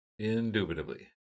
Indubitably